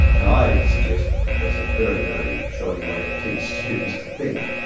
now i suggest that's a very, very shoddy way to teach students to think.